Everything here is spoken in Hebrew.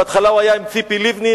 בהתחלה הוא היה עם ציפי לבני,